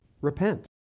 repent